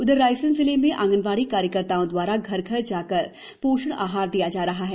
उधर रायसेन जिले में आंगनबाड़ी कार्यकर्ताओं द्वारा घर घर जाकर पोषण आहार दिया जा रहा है